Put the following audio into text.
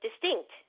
distinct